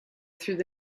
through